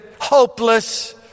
hopeless